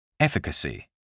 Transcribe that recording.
Efficacy